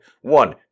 One